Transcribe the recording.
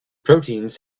proteins